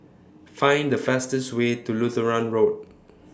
Find The fastest Way to Lutheran Road